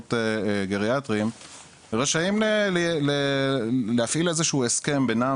מוסדות גריאטריים רשאים להפעיל הסכם בינם